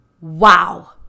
wow